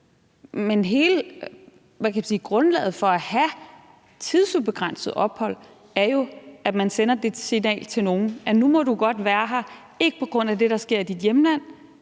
men hele grundlaget for at have tidsubegrænset ophold er jo, at man sender det signal til nogen, at du nu godt må være her, ikke på grund af det, der sker i dit hjemland,